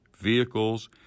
vehicles